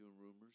rumors